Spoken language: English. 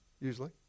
usually